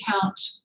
count